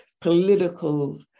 political